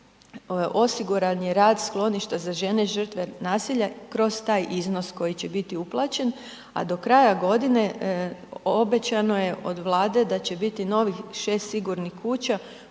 tako osiguran je rad skloništa za žene žrtve nasilja kroz taj iznos koji će biti uplaćen a do kraja godine obećano je od Vlade da će biti novih 6 sigurnih kuća